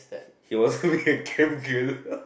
he wants to be a camp carrier